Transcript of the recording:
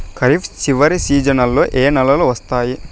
ఖరీఫ్ చివరి సీజన్లలో ఏ నెలలు వస్తాయి?